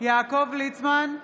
יעקב ליצמן,